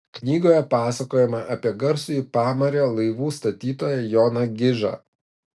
knygoje pasakojama apie garsųjį pamario laivų statytoją joną gižą